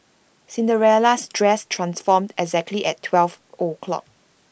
Cinderella's dress transformed exactly at twelve o'clock